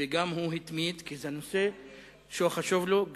וגם הוא התמיד, כי זה נושא שחשוב לו.